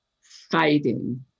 fighting